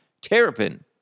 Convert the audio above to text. Terrapin